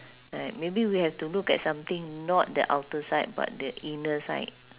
like maybe we have to look at something not the outer side but the inner side